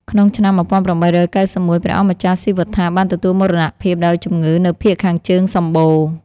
ក្នុងឆ្នាំ ១៨៩១ ព្រះអង្គម្ចាស់ស៊ីវត្ថាបានទទួលមរណភាពដោយជំងឺនៅភាគខាងជើងសំបូរ។